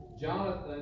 Jonathan